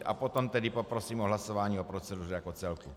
A potom tedy poprosím o hlasování o proceduře jako celku.